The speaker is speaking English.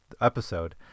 episode